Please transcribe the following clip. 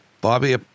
Bobby